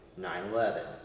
9/11